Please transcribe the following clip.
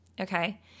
Okay